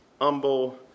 humble